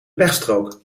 pechstrook